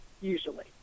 usually